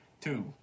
two